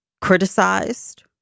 criticized